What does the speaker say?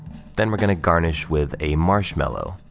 then we're gonna garnish with a marshmallow.